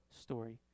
story